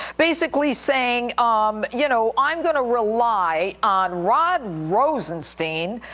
basically saying, um you know i'm going to rely on rod rosenstein,